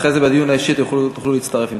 אחרי זה בדיון האישי תוכלו להצטרף אם תרצו.